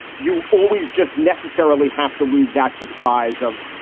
you always just necessarily have to lose that surprise of,